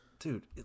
Dude